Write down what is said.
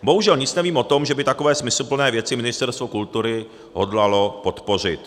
Bohužel nic nevím o tom, že by takové smysluplné věci Ministerstvo kultury hodlalo podpořit.